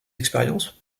expériences